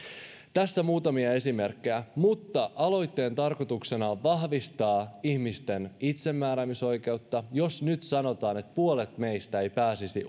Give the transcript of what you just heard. tässä muutamia esimerkkejä aloitteen tarkoituksena on vahvistaa ihmisten itsemääräämisoikeutta jos nyt sanottaisiin että puolet meistä ei pääsisi